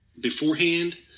beforehand